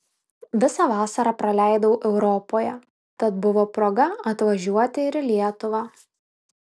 visą vasarą praleidau europoje tad buvo proga atvažiuoti ir į lietuvą